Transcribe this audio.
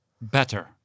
better